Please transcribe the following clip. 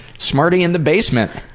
smarty in the basement.